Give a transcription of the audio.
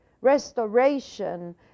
restoration